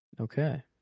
Okay